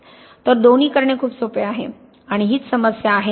तर दोन्ही करणे खूप सोपे आहे आणि हीच समस्या आहे